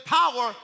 power